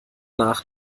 nach